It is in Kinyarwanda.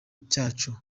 cyacu